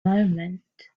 moment